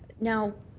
now,